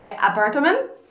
apartment